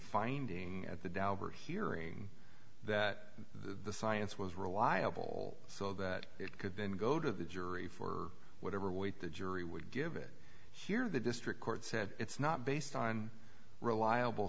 finding at the dauber hearing that the science was reliable so that it could then go to the jury for whatever weight the jury would give it here the district court said it's not based on reliable